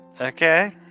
Okay